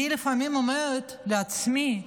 אני לפעמים אומרת לעצמי: